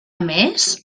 més